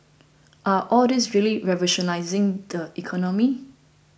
are all these really revolutionising the economy